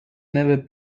never